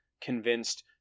convinced